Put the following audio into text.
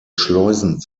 schleusen